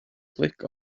click